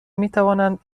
میتوانند